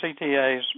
CTAs